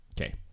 Okay